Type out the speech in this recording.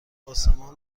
آسمان